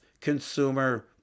consumer